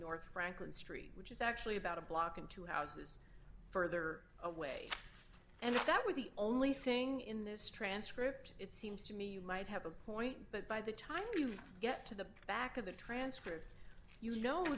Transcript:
north franklin street which is actually about a block and two houses further away and if that were the only thing in this transcript it seems to me you might have a point but by the time you get to the back of the transcript you know